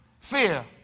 fear